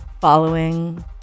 following